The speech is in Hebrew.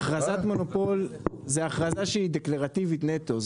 הכרזת מונופול היא הכרזה שהיא דקלרטיבית נטו.